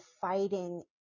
fighting